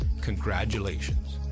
Congratulations